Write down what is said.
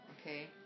Okay